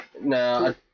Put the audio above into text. No